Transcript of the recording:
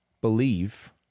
believe